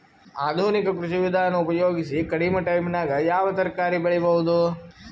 ಆಧುನಿಕ ಕೃಷಿ ವಿಧಾನ ಉಪಯೋಗಿಸಿ ಕಡಿಮ ಟೈಮನಾಗ ಯಾವ ತರಕಾರಿ ಬೆಳಿಬಹುದು?